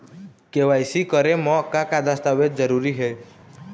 KYC करे म का का दस्तावेज जरूरी हे?